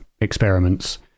experiments